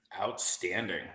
Outstanding